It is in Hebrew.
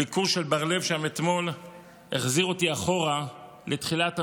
הביקור של בר לב שם אתמול החזיר אותי אחורה לתחילת המחאה.